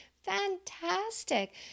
Fantastic